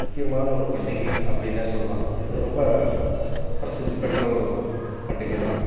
முக்கியமான ஒரு பண்டிகை அப்படின்னே சொல்லலாம் இது ரொம்ப பிரசித்திப் பெற்ற ஒரு பண்டிகை தான்